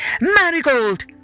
Marigold